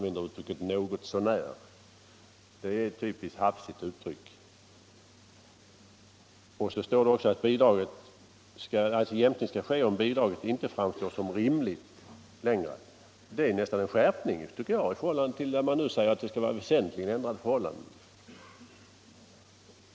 Det är ett typiskt hafsigt uttryck. Det står också att jämkning skall ske om bidraget inte längre framstår som rimligt. Det tycker jag nästan är en skärpning i förhållande till det som nu står, att det skall vara väsentligen ändrade förhållanden.